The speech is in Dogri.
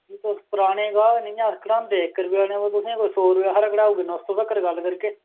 तुस पराने गाह्क न इ'यां अस घटांदे इक रपेआ निं अबा तुसें ई कोई सौ रपेआ हारा घटाई ओड़गे नौ सौ तक्कर गल्ल करगे